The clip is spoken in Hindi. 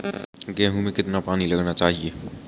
गेहूँ में कितना पानी लगाना चाहिए?